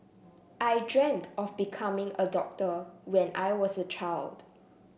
I dreamt of becoming a doctor when I was a child